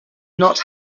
not